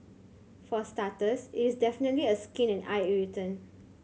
for starters it's definitely a skin and eye irritant